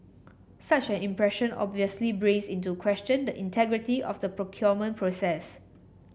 such an impression obviously brings into question the integrity of the procurement process